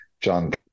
John